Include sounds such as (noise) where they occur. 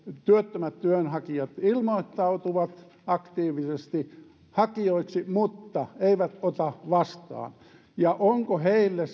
työttömät työnhakijat ilmoittautuvat aktiivisesti hakijoiksi mutta eivät ota vastaan ja onko heille (unintelligible)